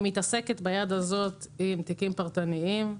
אני מתעסקת ביד הזאת עם תיקים פרטניים,